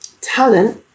talent